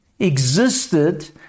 existed